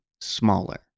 smaller